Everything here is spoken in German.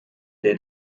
der